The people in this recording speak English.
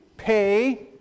Pay